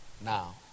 now